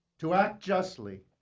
to act justly,